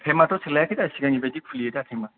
थाएमाथ' सोलायाखै दा सिगांनि बायदि खुलियो दा थाएमा